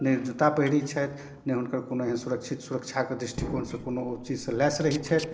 नहि ओ जुत्ता पहिरै छथि नहि हुनकर एहन कोनो एहन सुरक्षित सुरक्षाके दृष्टिकोणसँ कोनो ओ चीजसँ लैस रहे छथि